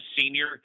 senior